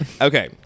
okay